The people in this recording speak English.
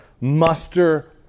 muster